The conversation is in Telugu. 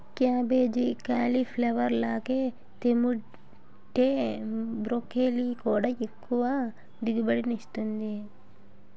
కేబేజీ, కేలీప్లవర్ లాగే తేముంటే బ్రోకెలీ కూడా ఎక్కువ దిగుబడినిస్తుంది